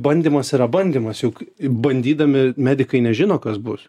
bandymas yra bandymas juk bandydami medikai nežino kas bus